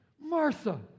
Martha